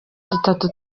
dutatu